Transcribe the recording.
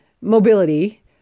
mobility